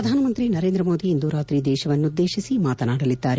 ಪ್ರಧಾನಮಂತ್ರಿ ನರೇಂದ್ರ ಮೋದಿ ಇಂದು ರಾತ್ರಿ ದೇಶವನ್ನು ಉದ್ದೇಶಿಸಿ ಮಾತನಾಡಲಿದ್ದಾರೆ